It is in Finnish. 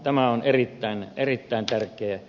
tämä on erittäin tärkeää